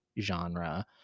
genre